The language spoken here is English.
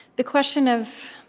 the question of